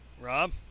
Rob